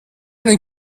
einen